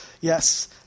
Yes